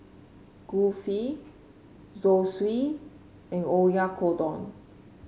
Kulfi Zosui and Oyakodon